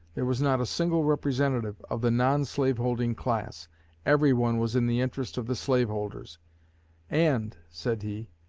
there was not a single representative of the non-slaveholding class everyone was in the interest of the slaveholders and, said he,